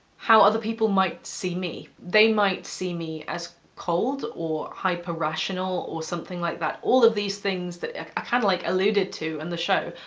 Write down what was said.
how other people might see me. they might see me as cold or hyper-rational or something like that. all of these things that are kind of, like, alluded to in the show.